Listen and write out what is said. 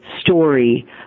story